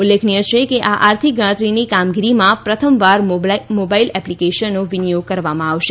ઉલ્લેખનીય છે કે આ આર્થિક ગણતરીની કામગીરીમાં પ્રથમવાર મોબાઇલ એપ્લીકેશનનો વિનિયોગ કરવામાં આવશે